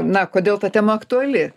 na kodėl ta tema aktuali